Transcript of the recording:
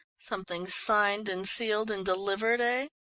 something signed and sealed and delivered, ah?